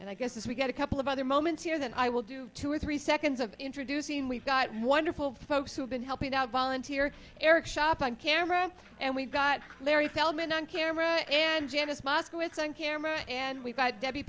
and i guess as we get a couple of other moments here then i will do two or three seconds of introducing we've got wonderful folks who've been helping out volunteer eric shop on camera and we've got larry feldman on camera and janice moskowitz on camera and we've